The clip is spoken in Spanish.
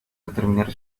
determinar